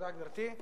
תודה, גברתי.